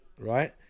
right